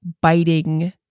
biting